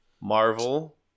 Marvel